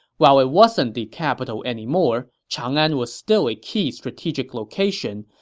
while it wasn't the capital anymore, chang'an was still a key strategic location,